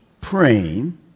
praying